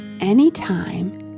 Anytime